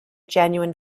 genuine